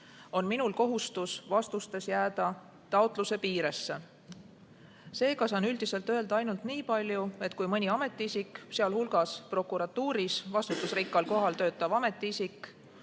on minul kohustus jääda vastustes taotluse piiresse. Seega saan üldiselt öelda ainult niipalju, et kui mõni ametiisik, sealhulgas prokuratuuris vastutusrikkal kohal töötav ametiisik,